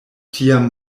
tiam